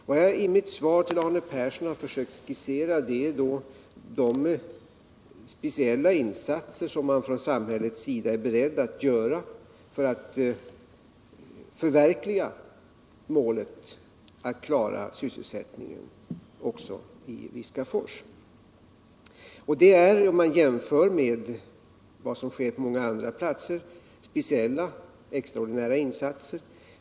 Jag har i mitt svar till Arne Persson försökt skissera de speciella insatser som man från samhällets sida är beredd att göra för att förverkliga målet att klara sysselsättningen också i Viskafors. Det är, om man jämför med vad som sker på många andra platser, speciella, extraordinära insatser.